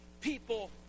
people